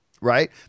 right